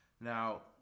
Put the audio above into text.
Now